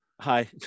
Hi